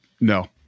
no